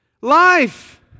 Life